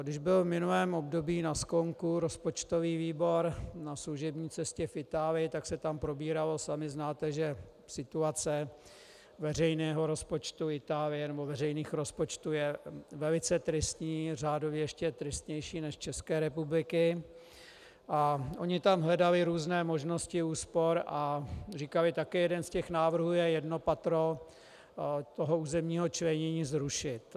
Když byl v minulém období na sklonku rozpočtový výbor na služební cestě v Itálii, tak se tam probíralo sami znáte, že situace veřejného rozpočtu Itálie nebo veřejných rozpočtů je velice tristní, řádově ještě tristnější než České republiky, a oni tam hledali různé možnosti úspor a říkali také, jeden z těch návrhů je jedno patro územního členění zrušit.